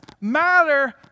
matter